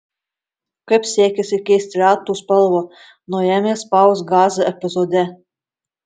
kaip sekėsi keisti ratų spalvą naujame spausk gazą epizode